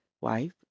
wife